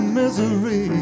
misery